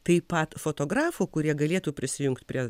taip pat fotografų kurie galėtų prisijungt prie